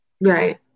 right